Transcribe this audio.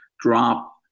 drop